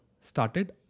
started